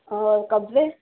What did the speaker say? اور قبضے